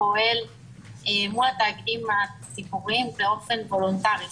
פועל מול התאגידים הציבוריים באופן וולונטרי.